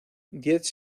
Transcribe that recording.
diez